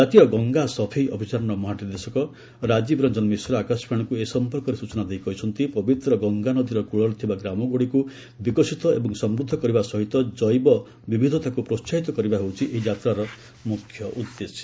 ଜାତୀୟ ଗଙ୍ଗା ସଫେଇ ଅଭିଯାନର ମହାନିର୍ଦ୍ଦେଶକ ରାଜୀବ ରଂଜନ ମିଶ୍ର ଆକାଶବାଣୀକୁ ଏ ସଂପର୍କରେ ସୂଚନା ଦେଇ କହିଛନ୍ତି ପବିତ୍ର ଗଙ୍ଗାନଦୀର କୂଳରେ ଥିବା ଗ୍ରାମଗୁଡ଼ିକୁ ବିକାଶିତ ଏବଂ ସମୃଦ୍ଧ କରିବା ସହିତ ଜୈବ ବିବିଧତାକୁ ପ୍ରୋହାହିତ କରିବା ହେଉଛି ଏହି ଯାତ୍ୱାର ମୁଖ୍ୟ ଉଦ୍ଦେଶ୍ୟ